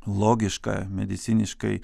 logiška mediciniškai